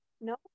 No